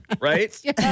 right